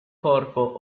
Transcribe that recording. corpo